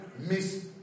miss